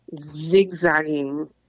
zigzagging